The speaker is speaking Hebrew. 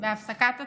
בהפסקת הצוהריים.